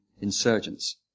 insurgents